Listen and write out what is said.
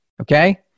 okay